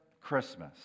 Christmas